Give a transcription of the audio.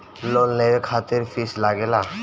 Loan लेवे खातिर fees लागेला?